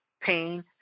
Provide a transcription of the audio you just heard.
pain